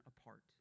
apart